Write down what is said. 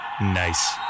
Nice